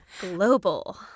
Global